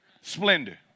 splendor